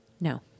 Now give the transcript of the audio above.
No